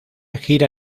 gira